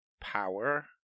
power